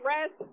rest